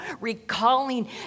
recalling